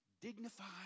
dignified